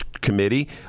committee